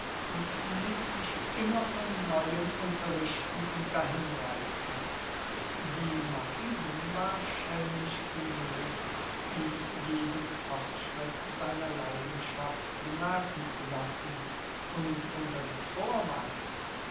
und ließ sich immer von neuem unterrichten und dahinreißen die marquisin war schelmisch genug ihn jeden fortschritt seiner leidenschaft bemerken zu lassen und unter dem vorwand